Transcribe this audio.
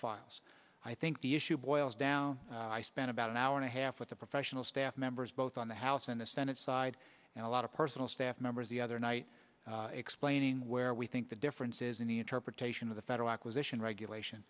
files i think the issue boils down to i spent about an hour and a half with the professional staff members both on the house and the senate side and a lot of personal staff members the other night explaining where we think the difference is in the interpretation of the federal acquisition regulation